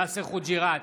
יאסר חוג'יראת,